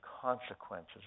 consequences